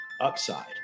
upside